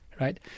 right